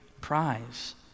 prize